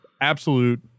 absolute